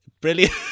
Brilliant